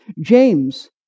James